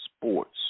sports